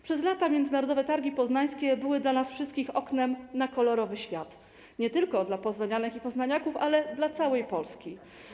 Przez lata Międzynarodowe Targi Poznańskie były dla nas wszystkich oknem na kolorowy świat, nie tylko dla poznanianek i poznaniaków, ale dla całej Polski.